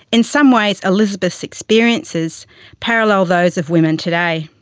in some ways elizabeth's experiences parallel those of women today.